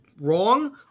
wrong